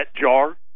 jar